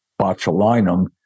botulinum